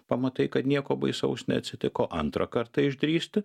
pamatai kad nieko baisaus neatsitiko antrą kartą išdrįsti